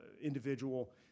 individual